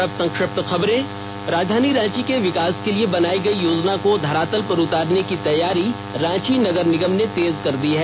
और संक्षिप्त खबरें राजधानी रांची के विकास के लिए बनायी गई योजना को धरातल पर उतारने के तैयारी रांची नगर निगम ने तेज कर दी है